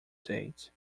date